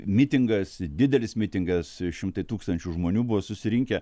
mitingas didelis mitingas šimtai tūkstančių žmonių buvo susirinkę